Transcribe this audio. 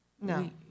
no